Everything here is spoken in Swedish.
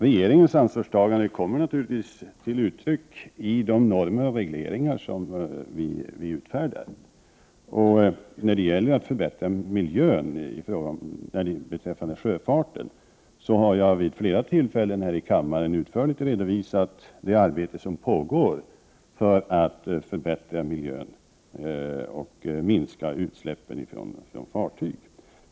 Regeringens ansvarstagande kommer naturligtvis till uttryck i de normer och regleringar vi utfärdar. Jag har vid flera tillfällen här i kammaren utförligt redovisat det arbete som pågår för att förbättra miljön och minska utsläppen från fartyg.